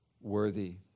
worthy